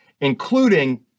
including